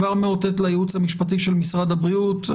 כבר מאותת לייעוץ המשפטי של משרד הבריאות.